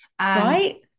Right